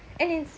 and it's